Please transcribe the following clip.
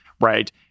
right